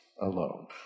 alone